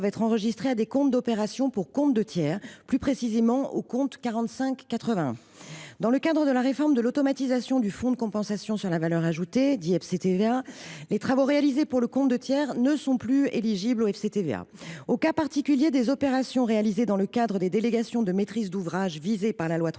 être enregistrées à des comptes d’opération pour compte de tiers, plus précisément au compte 4581. Dans le cadre de la réforme de l’automatisation du FCTVA, les travaux réalisés pour le compte de tiers ne sont plus éligibles à ce dernier. Dans le cas particulier des opérations réalisées dans le cadre des délégations de maîtrise d’ouvrage visées par la loi 3DS,